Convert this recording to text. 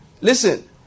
Listen